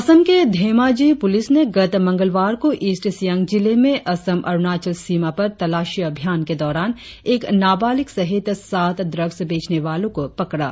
असम के धेमाजी पुलिस ने गत मंगलवार को ईस्ट सियांग जिले में असम अरुणाचल सीमा पर तलाशी अभियान के दौरान एक नाबालिक सहित सात ड्रग्स बेचनेवाले को पकड़ा